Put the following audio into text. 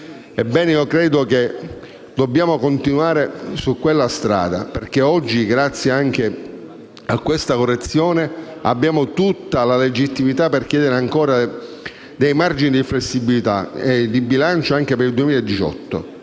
Ebbene, io credo che dobbiamo continuare su quella strada, perché oggi, grazie anche a questa correzione, abbiamo tutta la legittimità per chiedere ancora dei margini di flessibilità di bilancio anche per il 2018.